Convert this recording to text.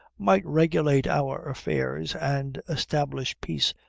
might regulate our affairs and establish peace,